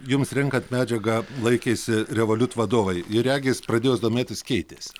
jums renkant medžiagą laikėsi revoliut vadovai ir regis pradėjus domėtis keitėsi